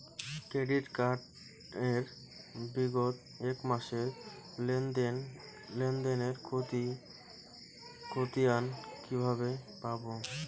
Credit card এর বিগত এক মাসের লেনদেন এর ক্ষতিয়ান কি কিভাবে পাব?